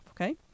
okay